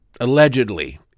allegedly